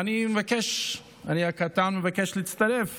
אני מבקש, אני הקטן מבקש להצטרף